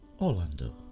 Orlando